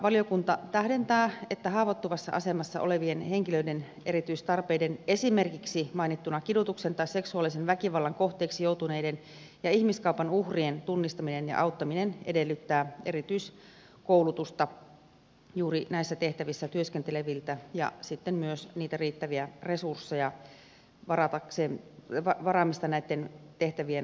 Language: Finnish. valiokunta tähdentää että haavoittuvassa asemassa olevien henkilöiden erityistarpeiden tunnistaminen ja esimerkiksi kidutuksen tai seksuaalisen väkivallan kohteeksi joutuneiden ja ihmiskaupan uhrien tunnistaminen ja auttaminen edellyttää erityiskoulutusta juuri näissä tehtävissä työskenteleviltä ja sitten myös riittävien resurssien varaamista näitten tehtävien hoitamiseen